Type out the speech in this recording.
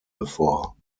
bevor